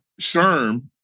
Sherm